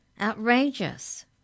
Outrageous